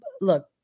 Look